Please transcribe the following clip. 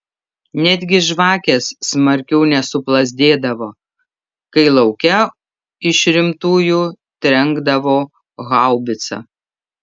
netgi žvakės smarkiau nesuplazdėdavo kai lauke iš rimtųjų trenkdavo haubica